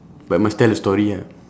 but must tell a story ah